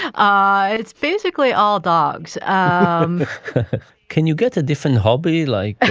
ah ah it's basically all dogs. ah um can you get a different hobby like